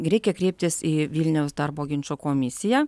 reikia kreiptis į vilniaus darbo ginčų komisiją